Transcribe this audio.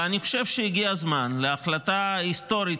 ואני חושב שהגיע הזמן להחלטה היסטורית,